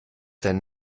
denn